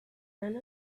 none